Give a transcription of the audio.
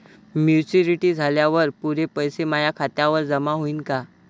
Maturity झाल्यावर पुरे पैसे माया खात्यावर जमा होईन का?